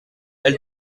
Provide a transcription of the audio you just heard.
elle